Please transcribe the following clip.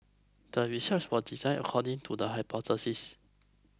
the research was designed according to the hypothesis